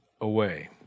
away